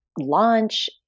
launch